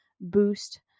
boost